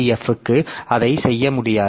F க்கு அதை செய்ய முடியாது